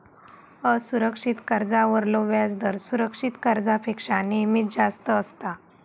असुरक्षित कर्जावरलो व्याजदर सुरक्षित कर्जापेक्षा नेहमीच जास्त असता